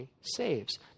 saves